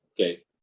okay